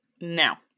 Now